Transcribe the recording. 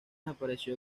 apareció